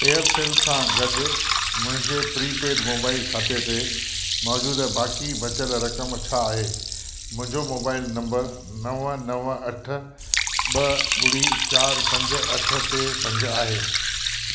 Aircel सां गॾु मुंहिंजे प्रीपेड मोबाइल खाते ते मौजूदु बाक़ी बचियल रक़म छा आहे मुंहिंजो मोबाइल नंबर नव नव अठ ॿ ॿुड़ी चारि पंज अठ टे पंज आहे